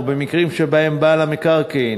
או במקרים שבהם בעל המקרקעין